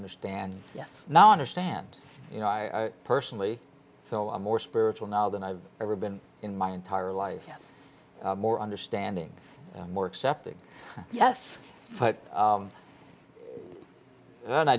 understand yes now i understand you know i personally feel i'm more spiritual now than i've ever been in my entire life yes more understanding more accepting yes but